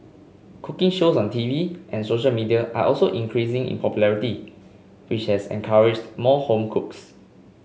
cooking shows on T V and social media are also increasing in popularity which has encouraged more home cooks